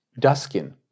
Duskin